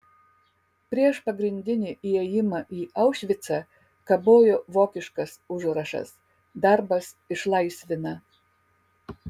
prieš pagrindinį įėjimą į aušvicą kabojo vokiškas užrašas darbas išlaisvina